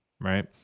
right